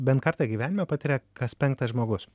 bent kartą gyvenime patiria kas penktas žmogus